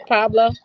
Pablo